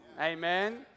amen